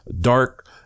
dark